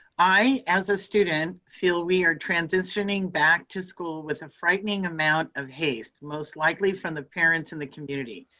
i as a student feel we are transitioning back to school with a frightening amount of haste, most likely from the parents in the community.